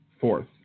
Fourth